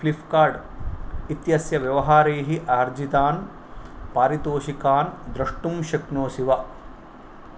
फ्लिप्कार्ट् इत्यस्य व्यवहारैः अर्जितान् पारितोषिकान् द्रष्टुं शक्नोषि वा